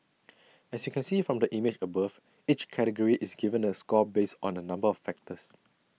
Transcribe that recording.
as you can see from the image above each category is given A score based on A number of factors